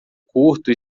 curto